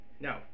No